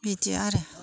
बिदि आरो